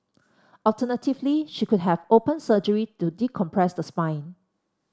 alternatively she could have open surgery to decompress the spine